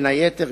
בין היתר,